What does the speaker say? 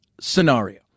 scenario